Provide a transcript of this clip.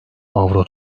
avro